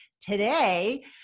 Today